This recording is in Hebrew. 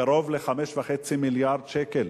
קרוב ל-5.5 מיליארד שקל